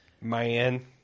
Man